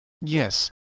Yes